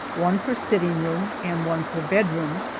one for sitting room and one for bedroom,